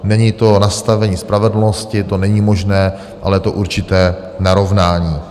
Není to nastavení spravedlnosti, to není možné, ale je to určité narovnání.